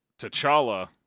T'Challa